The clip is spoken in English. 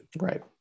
Right